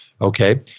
Okay